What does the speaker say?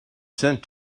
sent